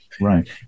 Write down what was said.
Right